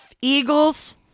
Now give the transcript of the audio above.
Eagles